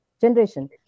generation